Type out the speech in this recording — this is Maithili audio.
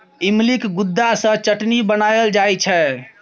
इमलीक गुद्दा सँ चटनी बनाएल जाइ छै